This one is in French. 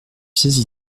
saisie